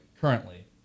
currently